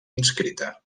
inscrita